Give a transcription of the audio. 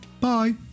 Bye